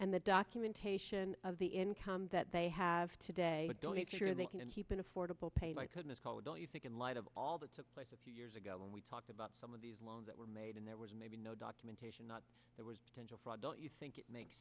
and the documentation of the income that they have today donate sure they can and keep an affordable paid my goodness caller don't you think in light of all that took place a few years ago when we talked about some of these loans that were made and there was maybe no documentation not there was potential fraud don't you think it makes